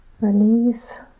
release